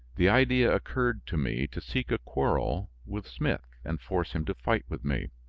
the idea occurred to me to seek a quarrel with smith and force him to fight with me